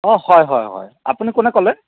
অঁ হয় হয় হয় আপুনি কোনে ক'লে